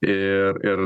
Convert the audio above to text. ir ir